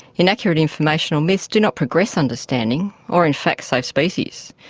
inaccurate information or myths do not progress understanding or, in fact, save species.